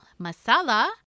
masala